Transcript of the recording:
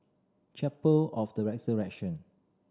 Chapel of the Resurrection